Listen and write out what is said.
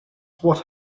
what